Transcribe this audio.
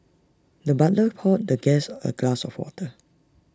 the butler poured the guest A glass of water